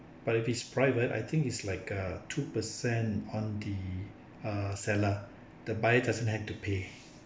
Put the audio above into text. but if it's private I think it's like uh two percent on the uh seller the buyer doesn't have to pay